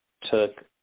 took